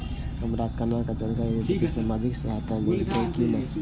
हमरा केना जानकारी देते की सामाजिक सहायता मिलते की ने?